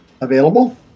available